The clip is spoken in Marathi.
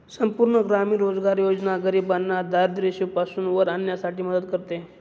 संपूर्ण ग्रामीण रोजगार योजना गरिबांना दारिद्ररेषेपासून वर आणण्यासाठी मदत करते